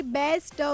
best